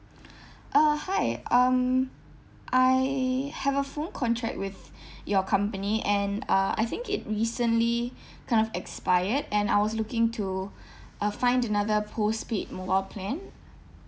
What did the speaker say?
uh hi um I have a phone contract with your company and uh I think it recently kind of expired and I was looking to uh find another postpaid mobile plan